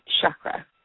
chakra